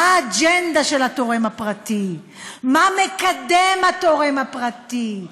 מה האג'נדה של התורם הפרטי, מה מקדם התורם הפרטי,